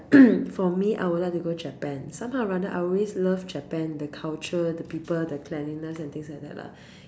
for me I would like to go Japan somehow or rather I always love Japan the culture the people the cleanliness and things like that lah